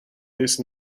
least